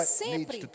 sempre